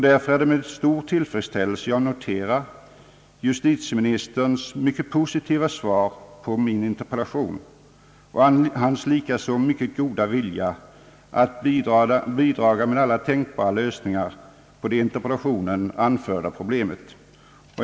Därför är det med stor tillfredsställelse jag noterar justitieministerns mycket positiva svar på min interpellation och hans likaså mycket goda vilja att bidraga med alla tänkbara lösningar på det i interpellationen anförda problemet.